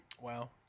Wow